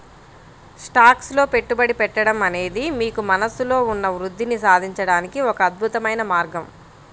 stocks లో పెట్టుబడి పెట్టడం అనేది మీకు మనస్సులో ఉన్న వృద్ధిని సాధించడానికి ఒక అద్భుతమైన మార్గం